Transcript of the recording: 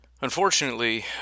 Unfortunately